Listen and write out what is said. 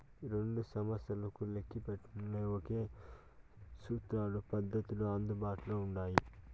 రెండు సంస్తలకు లెక్కేటపుల్ల ఒకే సూత్రాలు, పద్దతులు అందుబాట్ల ఉండాయి